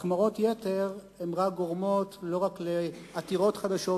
החמרות-יתר גורמות לא רק לעתירות חדשות